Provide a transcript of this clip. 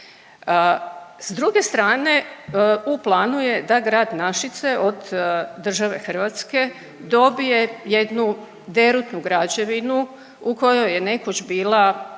S druge strane u planu je da grad Našice od države Hrvatske dobije jednu derutnu građevinu u kojoj je nekoć bila